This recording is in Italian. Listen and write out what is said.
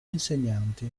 insegnanti